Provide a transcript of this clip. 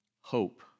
Hope